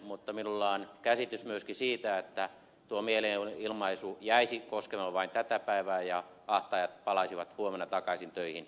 mutta minulla on käsitys myöskin siitä että tuo mielenilmaisu jäisi koskemaan vain tätä päivää ja ahtaajat palaisivat huomenna takaisin töihin